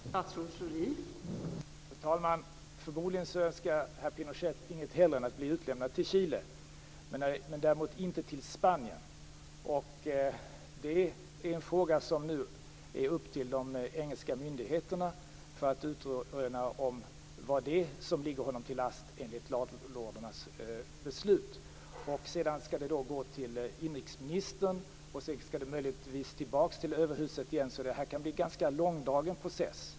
Fru talman! Förmodligen önskar herr Pinochet inget hellre än att bli utlämnad till Chile men däremot inte till Spanien. Det är nu upp till de engelska myndigheterna att utröna vad det är som ligger honom till last enligt laglordernas beslut. Sedan skall ärendet gå vidare till inrikesministern och därefter möjligtvis tillbaks till överhuset igen, så det kan bli en ganska långdragen process.